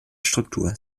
struktur